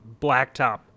blacktop